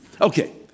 Okay